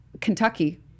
Kentucky